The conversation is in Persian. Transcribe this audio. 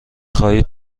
خواهید